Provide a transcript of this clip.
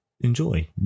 enjoy